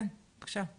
בבקשה.